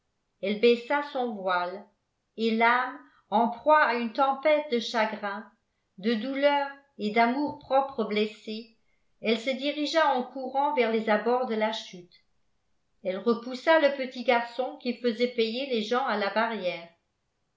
baissa son voile et l'âme en proie à une tempête de chagrin de douleur et d'amour-propre blessé elle se dirigea en courant vers les abords de la chute elle repoussa le petit garçon qui faisait payer les gens à la barrière